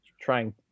trying